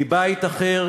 מבית אחר,